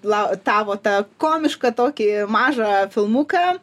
lau tavo tą komišką tokį mažą filmuką